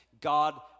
God